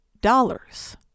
dollars